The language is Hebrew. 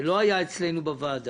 זה לא היה אצלנו בוועדה.